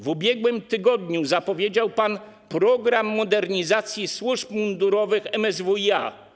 W ubiegłym tygodniu zapowiedział pan program modernizacji służb mundurowych MSWiA.